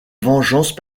vengeances